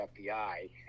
fbi